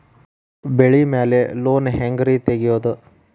ಬೆಳಿ ಮ್ಯಾಲೆ ಲೋನ್ ಹ್ಯಾಂಗ್ ರಿ ತೆಗಿಯೋದ?